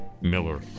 Miller